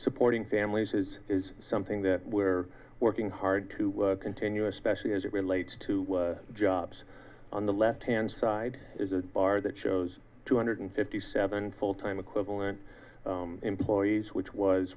supporting families is is something that we are working hard to continue especially as it relates to jobs on the left hand side is a bar that shows two hundred fifty seven full time equivalent employees which was